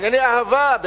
בענייני אהבה,